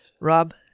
Rob